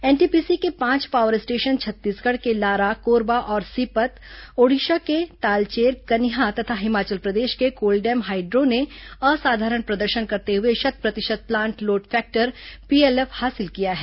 NTPC के पांच power station Chhattisgarh के लारा कोरबा और सीपत ओडिशा के लालचेर कनिहा तथा हिमाचल प्रदेश के कोलडेम हाइड्रो ने असाधारण प्रदर्शन करते हुए शत प्रतिशत प्लांट लोड फैक्टर पीएलएफ हासिल किया है